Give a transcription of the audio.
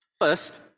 First